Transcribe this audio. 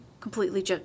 completely